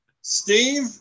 Steve